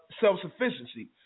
self-sufficiency